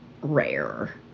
rare